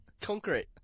concrete